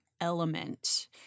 element